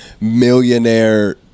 millionaire